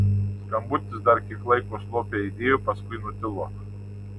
skambutis dar kiek laiko slopiai aidėjo paskui nutilo